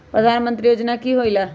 प्रधान मंत्री योजना कि होईला?